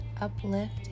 uplift